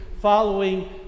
following